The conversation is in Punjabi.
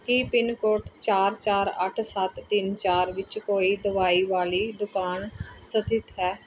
ਕੀ ਪਿੰਨ ਕੋਡ ਚਾਰ ਚਾਰ ਅੱਠ ਸੱਤ ਤਿੰਨ ਚਾਰ ਵਿੱਚ ਕੋਈ ਦਵਾਈ ਵਾਲੀ ਦੁਕਾਨ ਸਥਿਤ ਹੈ